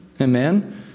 Amen